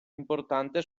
importante